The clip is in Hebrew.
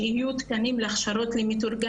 שיהיו תקנים להכשרות למתורגמנים,